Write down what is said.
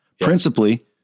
Principally